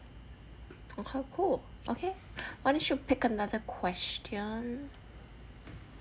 oh cool okay why don't you pick another question